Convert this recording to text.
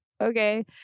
okay